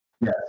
Yes